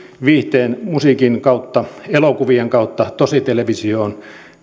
viihteen ja musiikin kautta elokuvien kautta tositelevisioon